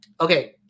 Okay